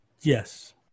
Yes